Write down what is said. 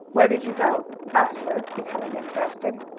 where did you go? asked luke, becoming interested.